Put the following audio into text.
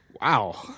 Wow